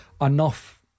enough